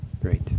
Great